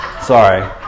Sorry